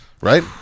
right